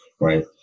right